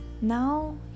Now